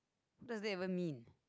what does that even mean